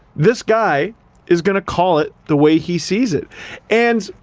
this guy is gonna call it the way he sees it and,